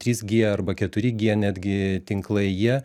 trys gie arba keturi gie netgi tinklai jie